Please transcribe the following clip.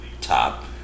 top